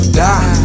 die